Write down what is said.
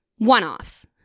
One-offs